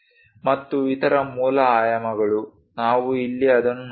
ಮತ್ತು ಇತರ ಮೂಲ ಆಯಾಮಗಳು ನಾವು ಇಲ್ಲಿ ಇದನ್ನು ನೋಡಬಹುದು